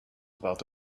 about